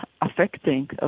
affecting